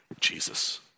Jesus